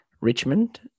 Richmond